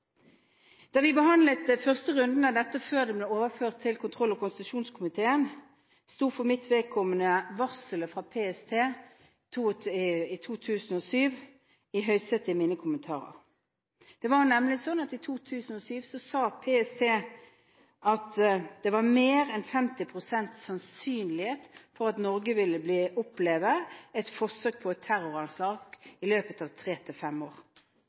Da vi behandlet første runde av dette – før det ble overført til kontroll- og konstitusjonskomiteen – sto for mitt vedkommende varselet fra PST i 2007 i høysetet i mine kommentarer. Det var nemlig slik at i 2007 sa PST at det var mer enn 50 pst. sannsynlighet for at Norge ville oppleve et forsøk på et terroranslag i løpet av tre til fem år.